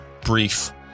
brief